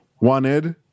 wanted